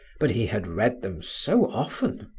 but he had read them so often,